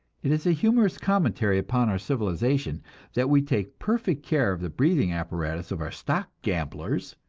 it is a humorous commentary upon our civilization that we take perfect care of the breathing apparatus of our stock-gamblers,